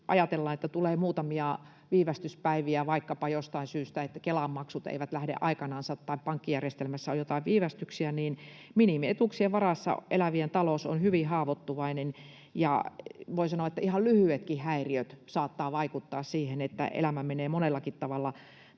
ajatellaan, että tulee muutamia viivästyspäiviä vaikkapa jostain syystä, että Kelan maksut eivät lähde aikanansa tai pankkijärjestelmässä on jotain viivästyksiä, minimietuuksien varassa elävien talous on hyvin haavoittuvainen, ja voi sanoa, että ihan lyhyetkin häiriöt saattavat vaikuttaa siihen, että elämä menee monellakin tavalla